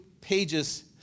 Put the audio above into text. pages